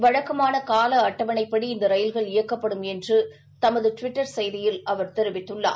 வழக்கமான கால அட்டவணைப்படி இந்த ரயில்கள் இயக்கப்படும் என்று டுவிட்டர் செய்தியில் அவர் தெரிவித்துள்ளார்